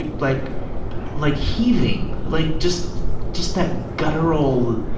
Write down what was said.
ah like like heaving, like just just that guttural,